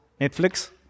Netflix